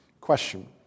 Question